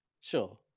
Sure